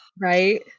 Right